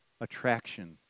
attraction